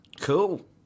Cool